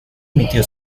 emitió